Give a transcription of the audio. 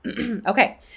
Okay